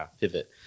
pivot